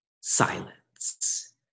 silence